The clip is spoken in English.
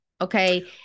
okay